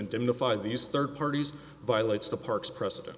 indemnify these third parties violates the park's precedent